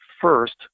first